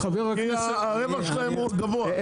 הרווח שלהם מאוד גבוה.